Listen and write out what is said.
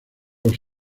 los